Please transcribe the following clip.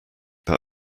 that